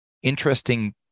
Interesting